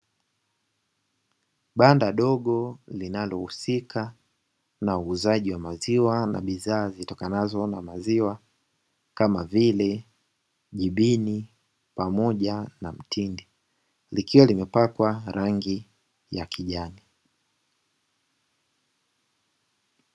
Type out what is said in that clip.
Banda dogo linalohusika na uuzaji wa maziwa na bidhaa zitokanazo na maziwa kama vile jibini pamoja na mtindi. Likiwa limepakwa rangi ya kijani.